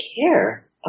care